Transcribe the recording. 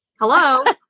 Hello